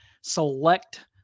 select